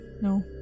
no